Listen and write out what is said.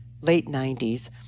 late-'90s